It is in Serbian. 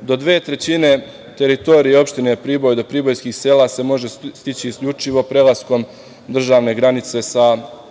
do dve trećine teritorije opštine Priboj, do pribojskih sela se može stići isključivo prelaskom državne granice sa BiH.